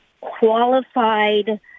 qualified